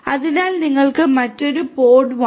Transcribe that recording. അതിനാൽ നിങ്ങൾക്ക് മറ്റൊരു പോഡ് പോഡ് 1